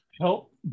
help